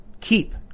keep